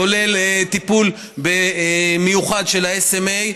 כולל טיפול מיוחד ל-SMA.